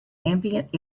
ambient